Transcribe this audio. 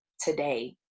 today